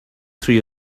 through